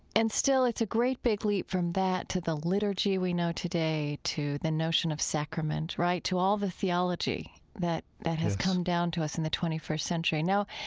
and still it's a great big leap from that to the liturgy we know today to the notion of sacrament, right? to all the theology that that has come down to us in the twenty first century. now,